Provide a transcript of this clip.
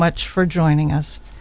much for joining us